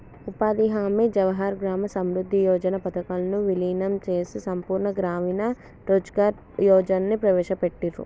ఉపాధి హామీ, జవహర్ గ్రామ సమృద్ధి యోజన పథకాలను వీలీనం చేసి సంపూర్ణ గ్రామీణ రోజ్గార్ యోజనని ప్రవేశపెట్టిర్రు